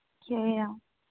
केह् होआ